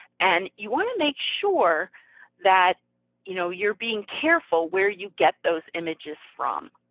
and you want to make sure that you know you're being careful where you get those images from.